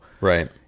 Right